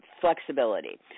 flexibility